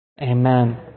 Amen